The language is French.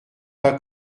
pas